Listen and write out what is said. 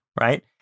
right